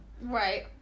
Right